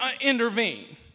intervene